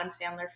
Sandler